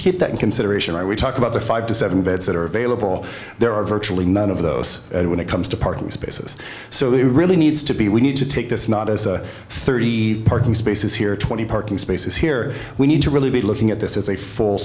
hit that in consideration are we talking five to seven beds that are available there are virtually none of those when it comes to parking spaces so there really needs to be we need to take this not as a thirty parking spaces here twenty parking spaces here we need to really be looking at this as a full